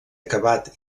acabat